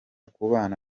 kubana